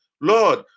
Lord